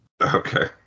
Okay